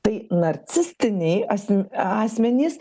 tai narcistiniai asm asmenys